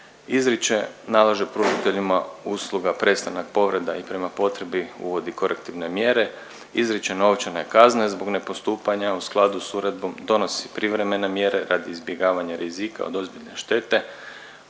izriče, nalaže pružateljima usluga prestanak povreda i prema potrebi uvodi korektivne mjere, izriče novčane kazne zbog ne postupanja u skladu s uredbom, donosi privremene mjere radi izbjegavanja rizika od ozbiljne štete,